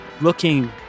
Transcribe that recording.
looking